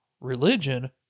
religion